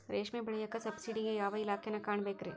ರೇಷ್ಮಿ ಬೆಳಿಯಾಕ ಸಬ್ಸಿಡಿಗೆ ಯಾವ ಇಲಾಖೆನ ಕಾಣಬೇಕ್ರೇ?